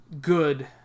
good